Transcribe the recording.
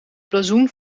blazoen